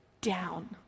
down